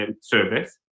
service